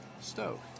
Stoke